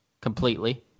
completely